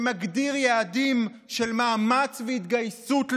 שמגדיר יעדים של מאמץ והתגייסות לאומיים.